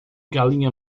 galinha